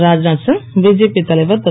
Rajnath Singh BJP தலைவர் திரு